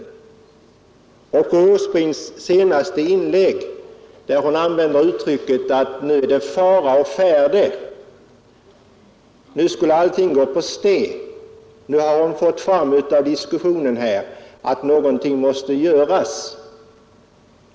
Jag förstår inte fru Åsbrinks senaste inlägg, där hon använder uttrycket att det nu är fara på färde och framhåller att hon i diskussionen har kommit fram till att något måste göras.